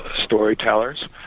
storytellers